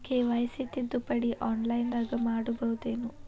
KYC ತಿದ್ದುಪಡಿ ಆನ್ಲೈನದಾಗ್ ಮಾಡ್ಬಹುದೇನು?